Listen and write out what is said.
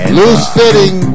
loose-fitting